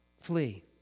flee